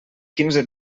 quinze